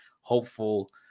hopeful